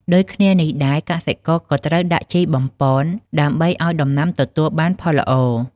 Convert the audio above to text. ដូចគ្នានេះដែរ កសិករក៏ត្រូវដាក់ជីបំប៉ន ដើម្បីឲ្យដំណាំទទួលបានផលល្អ។